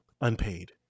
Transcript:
unpaid